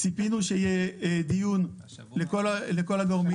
ציפינו שיהיה דיון לכל הגורמים.